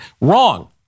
Wrong